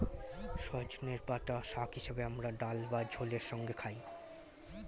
সজনের পাতা শাক হিসেবে আমরা ডাল বা ঝোলের সঙ্গে খাই